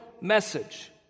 message